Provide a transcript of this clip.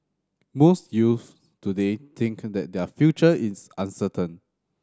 most youths today think that their future is uncertain